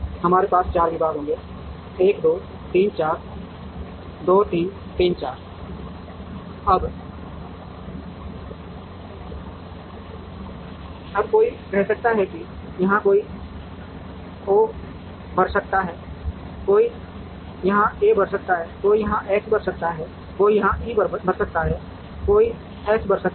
हमारे पास 4 विभाग होंगे 1 2 3 4 1 2 3 4 अब कोई कह सकता है कि यहां कोई O भर सकता है कोई यहां A भर सकता है कोई यहां X भर सकता है कोई यहां E भर सकता है कोई X भर सकता है